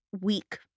weak